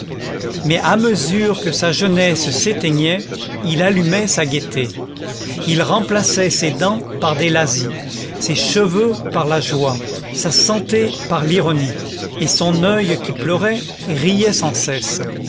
mais à mesure que sa jeunesse s'éteignait il allumait sa gaîté il remplaçait ses dents par des lazzis ses cheveux par la joie sa santé par l'ironie et son oeil qui pleurait riait sans cesse